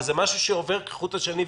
וזה דבר שעובר כחוט השני,